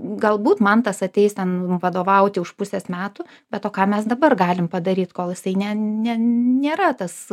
galbūt mantas ateis ten vadovauti už pusės metų bet o ką mes dabar galim padaryt kol jisai ne ne nėra tas